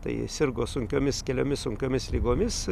tai sirgo sunkiomis keliomis sunkiomis ligomis